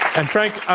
and frank,